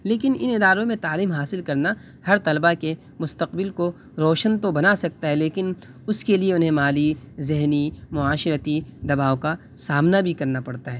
لیکن ان اداروں میں تعلیم حاصل کرنا ہر طلبا کے مستقبل کو روشن تو بنا سکتا ہے لیکن اس کے لیے انہیں مالی ذہنی معاشرتی دباؤ کا سامنا بھی کرنا پڑتا ہے